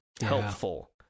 helpful